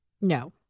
No